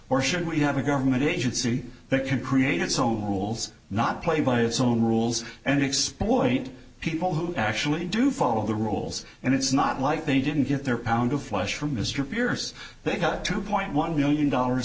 or should we have a government agency that can create its own rules not play by its own rules and exploiting people who actually do follow the rules and it's not like they didn't get their pound of flesh from mr pierce because two point one million dollars